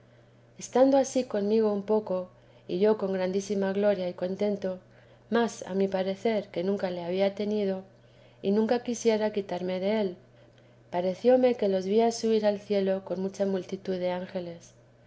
estando ansí conmigo un poco y yo con grandísima gloria y contento más a mi parecer que nunca le había tenido y nunca quisiera quitarme del parecióme que los veía subir al cielo con mucha multitud de ángeles